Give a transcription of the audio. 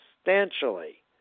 substantially